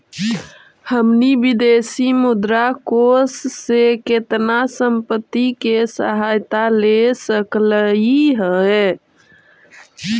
हमनी विदेशी मुद्रा कोश से केतना संपत्ति के सहायता ले सकलिअई हे?